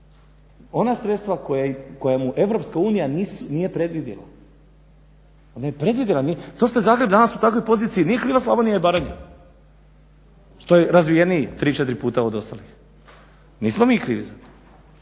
ona sredstva koja mu EU nije predvidjela, ona je predvidjela. To što je Zagreb danas u takvoj poziciji nije kriva Slavonija i Baranja, što je razvijeniji 3, 4 puta od ostalih, nismo mi krivi za to.